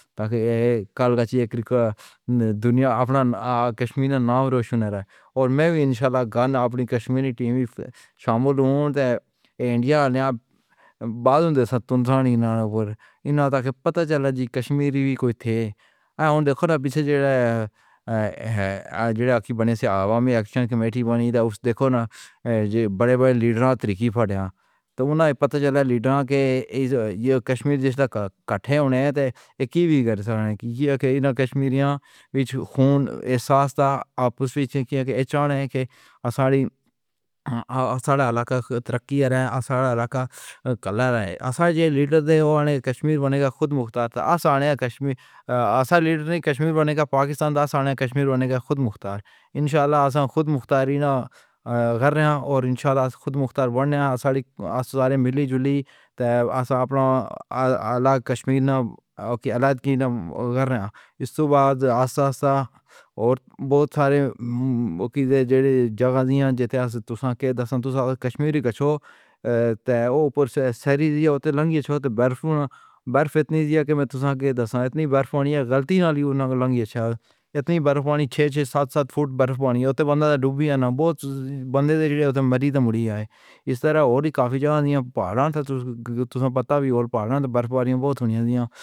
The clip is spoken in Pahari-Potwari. رہے کل کا دن۔ دنیا اپنا کشمیر نا نام روشن ہے۔ اور میں بھی انشاءاللہ گانا آپنے کشمیری ٹی وی شامل ہوں تو انڈیا والیاں بات کریں تو انہوں نے انہوں نے پتا چلا جی کشمیری بھی کوئی تھے اور انکا نام جو ہے اکی بنے عوامی ایکشن کمیٹی بنی۔ اُس دیکھو نا جے بڑے بڑے لیڈر تقریبی۔ پھر انہیں پتا چلا۔ لیڈر کے یے کشمیر جیسے کٹے ہونے تو اک بگڑ کے انہوں نے کشمیریوں بیچ خون احساس تھا۔ آپس میں چیخیں کہ اچانک ہی اساری الکا ترقی ہے۔ اسارا علاقہ کلا کے ساتھ جے لیڈر دے کشمیر بنے گا خودمختار تو سارے کشمیر اصلی نہیں۔ کشمیر بنے گا پاکستان کا سارا۔ کشمیر بنے گا خودمختار۔ انشاءاللہ خودمختار نے گرمیاں اور انشاءاللہ خودمختار بن گیا ساری ساری ملی جُلی اور صاف الگ۔ کشمیر نے الادگیر میں گرمیاں۔ اسکے بعد آسپاس اور بہت سارے لوگوں کی جگہیں جتنی تُسے دس۔ تُس۔ کشمیری کچھوا ہو۔ پر سیری ہوتے ہی چھوڑتے برف۔ برف اتنی نہیں ہوتی کہ میں تُسا کے دس۔ اتنی برف ہونی غلطی نہ ہو نہ کوئی لگی ہو۔ اتنی برف چھے چھے سَت فُٹ برف۔ بندہ تو ڈوب گیا نا بُھوت بندے سے مَری تو مَری ہے۔ اِس طرح اور بھی کافی جگہ دیا۔ پہاڑ تو پتا بھی اور پہاڑ! برفباری بہت ہو جاتی ہے۔